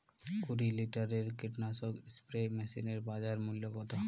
কুরি লিটারের কীটনাশক স্প্রে মেশিনের বাজার মূল্য কতো?